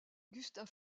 gustave